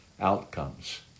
outcomes